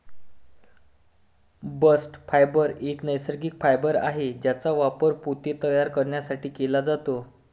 bast fibre एक नैसर्गिक fibre आहे ज्याचा वापर पोते तयार करण्यासाठी केला जातो